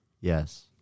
Yes